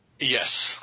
Yes